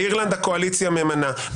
באירלנד הקואליציה ממנה.